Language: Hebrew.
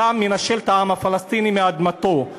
אתה מנשל את העם הפלסטיני מאדמתו,